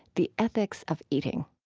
the ethics of eating